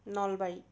Nalbari